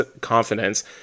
confidence